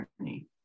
journey